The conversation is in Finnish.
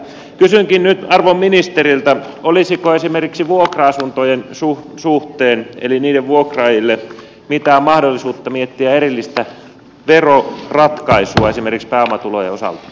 kysynkin nyt arvon ministeriltä olisiko esimerkiksi vuokra asuntojen suhteen eli niiden vuokraajille mitään mahdollisuutta miettiä erillistä veroratkaisua esimerkiksi pääomatulojen osalta